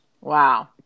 Wow